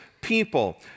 People